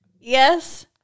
Yes